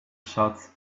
shots